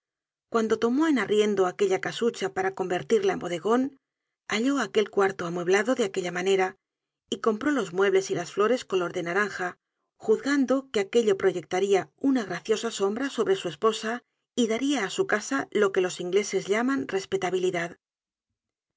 cuando tomó en arriendo aquella casucha para convertirla en bodegon halló aquel cuarto amueblado de aquella manera y compró los muebles y las llores color de naranja juzgando que aquello proyectaría una graciosa sombra sobre su esposa y daria á su casa lo que los ingleses llaman respetabilidad